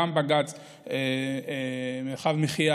גם בג"ץ מרחב המחיה,